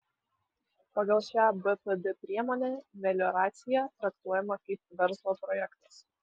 pagal šią bpd priemonę melioracija traktuojama kaip verslo projektas